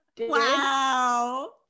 wow